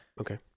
Okay